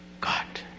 God